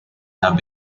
have